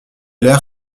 l’air